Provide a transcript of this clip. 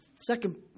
second